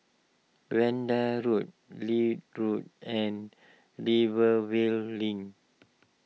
Vanda Road Leith Road and Rivervale Link